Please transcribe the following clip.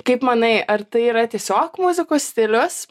kaip manai ar tai yra tiesiog muzikos stilius